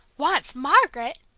wants margaret!